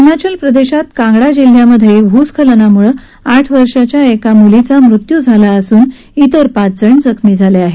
हिमाचल प्रदेशातल्या कांगडा जिल्ह्यात भूस्खलनामुळे आठ वर्षाच्या एका बालिकेचा मृत्यू झाला असून अन्य पाचजण जखमी झाले आहेत